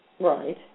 Right